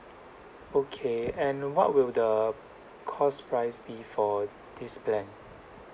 okay and what will the cost price be for this plan